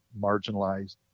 marginalized